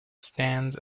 stands